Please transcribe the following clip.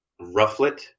Rufflet